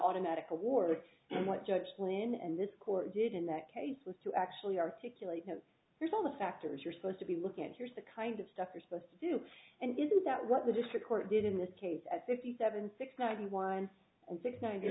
automatic award and what judge flynn and this court did in that case was to actually articulate here's all the factors you're supposed to be looking at here's the kind of stuff you're supposed to do and isn't that what the district court did in this case at fifty seven six no one and six ninety